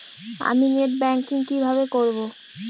আমি net banking কিভাবে করব?